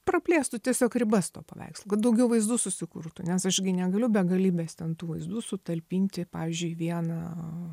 praplėstų tiesiog ribas to paveikslo kad daugiau vaizdų susikurtų nes aš gi negaliu begalybės ten tų vaizdų sutalpinti pavyzdžiuiį vieną